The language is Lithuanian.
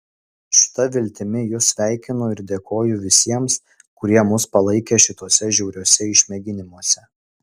šita viltimi jus sveikinu ir dėkoju visiems kurie mus palaikė šituose žiauriuose išmėginimuose